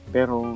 Pero